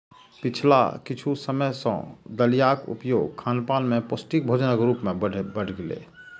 पिछला किछु समय सं दलियाक उपयोग खानपान मे पौष्टिक भोजनक रूप मे बढ़लैए